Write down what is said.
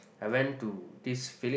I went to this village